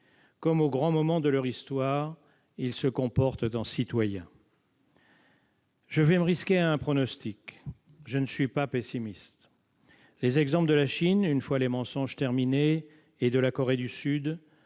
Comme aux grands moments de leur histoire, ils se comportent en citoyens. Je vais me risquer à un pronostic : je ne suis pas pessimiste. Les exemples de la Chine- une fois les mensonges terminés -et de la Corée du Sud